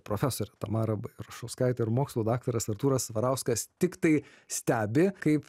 profesorė tamara bairašauskaitė ir mokslų daktaras artūras svarauskas tiktai stebi kaip